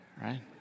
right